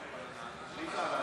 נתקבלה.